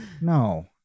No